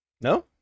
No